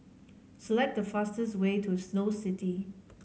select the fastest way to Snow City